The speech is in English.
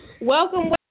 Welcome